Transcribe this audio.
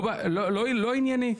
לענייני,